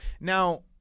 Now